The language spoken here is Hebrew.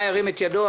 ירים את ידו.